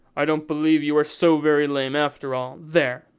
i don't believe you were so very lame after all there!